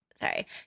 sorry